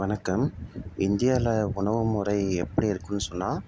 வணக்கம் இந்தியாவில் உணவு முறை எப்படி இருக்குதுன் சொன்னால்